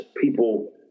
people